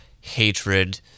hatred